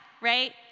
right